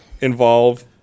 involve